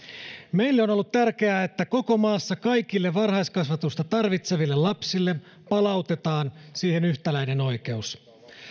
meille on on ollut tärkeää että koko maassa kaikille varhaiskasvatusta tarvitseville lapsille palautetaan siihen yhtäläinen oikeus samalla